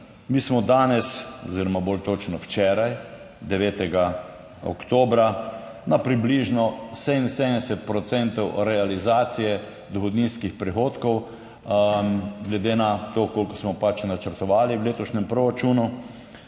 Mi smo danes oziroma bolj točno, včeraj, 9. oktobra na približno 77 procentov realizacije dohodninskih prihodkov, glede na to koliko smo pač načrtovali v letošnjem proračunu.